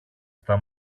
στα